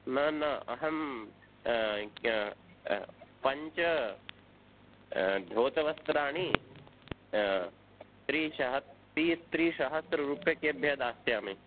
न न अहं पञ्च धोतवस्त्राणि त्रिसहस्ररूप्यकेभ्यः दास्यामि